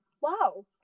Wow